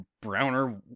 browner